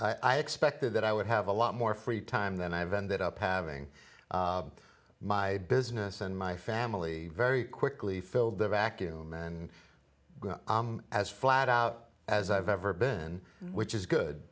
i expected that i would have a lot more free time than i've ended up having my business and my family very quickly filled the vacuum and as flat out as i've ever been which is good